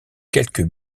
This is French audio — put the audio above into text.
quelques